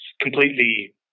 completely